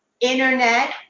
internet